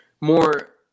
more